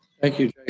thank you,